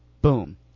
boom